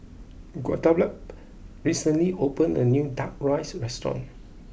Guadalupe recently opened a new Duck Rice restaurant